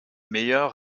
meilleurs